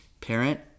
parent-